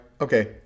Okay